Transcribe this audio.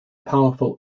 powerful